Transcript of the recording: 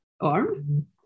arm